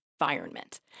environment